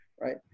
right